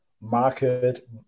market